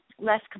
less